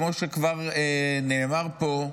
כמו שכבר נאמר פה,